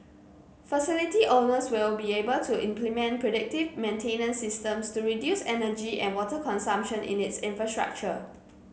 facility owners will be able to implement predictive maintenance systems to reduce energy and water consumption in its infrastructure